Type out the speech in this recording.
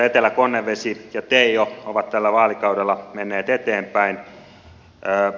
etelä konnevesi ja teijo ovat tällä vaalikaudella menneet eteenpäin